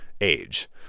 age